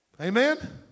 Amen